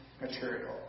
material